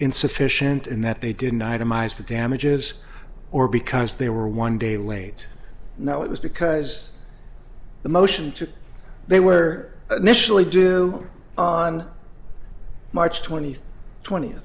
insufficient in that they didn't itemize the damages or because they were one day late now it was because the motion to they were nationally do on march twenty twent